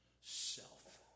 self